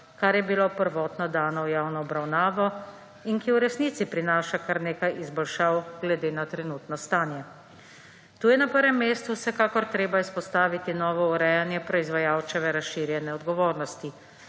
kar je bilo prvotno dano v javno obravnavo, in ki v resnici prinaša kar nekaj izboljšav glede na trenutno stanje. Tu je na prvem mestu vsekakor treba izpostaviti novo urejanje proizvajalčeve razširjene odgovornosti.